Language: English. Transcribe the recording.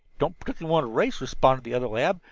don't particularly want to race, responded the other lad,